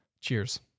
Cheers